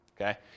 Okay